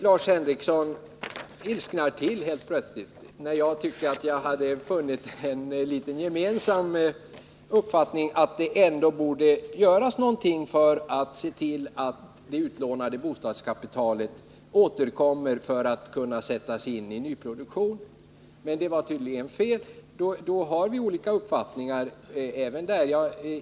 Lars Henrikson ilsknade till helt plötsligt, när jag sade att jag tyckte mig ha funnit att det föreligger en gemensam uppfattning om att någonting ändå borde göras, så att det utlånade bostadskapitalet återkommer och kan sättas in i nyproduktion. Men det var tydligen fel. Då har vi olika uppfattningar även där.